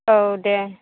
औ दे